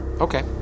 Okay